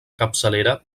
capçalera